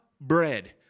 bread